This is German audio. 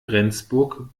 rendsburg